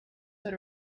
that